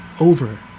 over